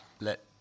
let